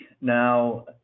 Now